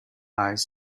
eyes